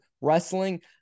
Wrestling